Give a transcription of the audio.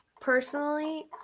Personally